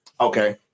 Okay